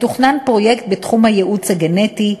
מתוכנן פרויקט בתחום הייעוץ הגנטי,